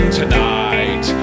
tonight